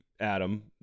Adam